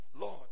Lord